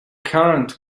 current